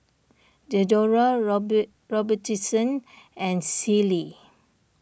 Diadora Robitussin and Sealy